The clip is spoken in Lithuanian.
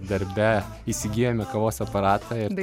darbe įsigijome kavos aparatą ir